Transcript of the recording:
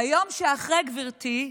ביום שאחרי, גברתי,